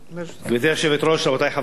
גברתי היושבת-ראש, רבותי חברי הכנסת,